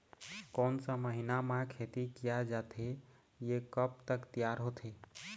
कोन सा महीना मा खेती किया जाथे ये कब तक तियार होथे?